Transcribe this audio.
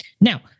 Now